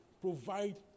provide